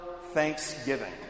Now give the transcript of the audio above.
thanksgiving